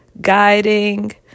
guiding